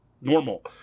normal